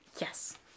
Yes